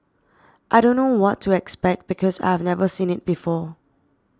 I don't know what to expect because I've never seen it before